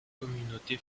communauté